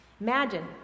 Imagine